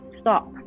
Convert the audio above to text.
stop